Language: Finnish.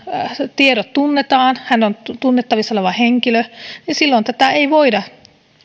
tiedot tunnetaan hän on tunnettavissa oleva henkilö silloin tätä lakia ei voida